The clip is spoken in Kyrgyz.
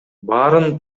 баарын